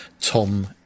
Tom